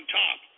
top